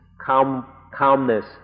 calmness